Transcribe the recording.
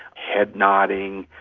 head-nodding,